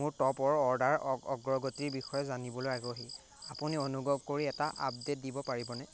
মোৰ টপৰ অৰ্ডাৰ অগ অগ্ৰগতিৰ বিষয়ে জানিবলৈ আগ্ৰহী আপুনি অনুগহ কৰি এটা আপডেট দিব পাৰিবনে